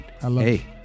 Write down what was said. hey